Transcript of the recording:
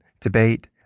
debate